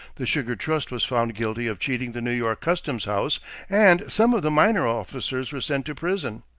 the sugar trust was found guilty of cheating the new york customs house and some of the minor officers were sent to prison.